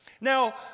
Now